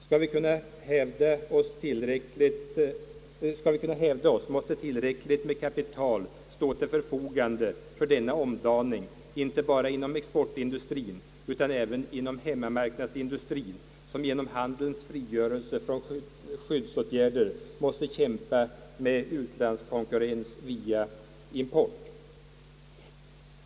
Skall vi kunna hävda oss, måste tillräckligt med kapital stå till förfogande för denna omdaning inte bara inom exportindustrien utan även inom hemmamarknadsindustrien, som genom handelns frigörelse från skyddsåtgärder måste kämpa med utlandskonkurrens via importen.